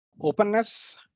openness